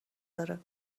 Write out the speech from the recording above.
داره